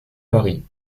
paris